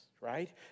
right